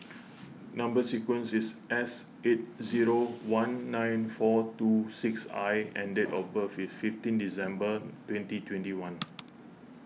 Number Sequence is S eight zero one nine four two six I and date of birth is fifteen December twenty twenty one